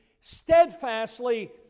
steadfastly